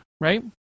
right